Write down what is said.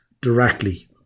directly